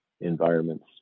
environments